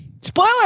Spoiler